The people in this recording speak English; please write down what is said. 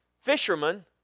fishermen